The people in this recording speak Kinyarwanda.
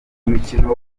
mukino